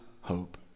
hope